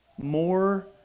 more